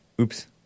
Oops